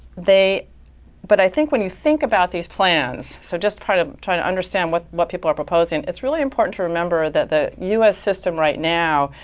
but i think when you think about these plans, so just kind of trying to understand what what people are proposing, it's really important to remember that the us system right now,